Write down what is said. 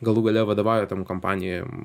galų gale vadovauja tom kompanijom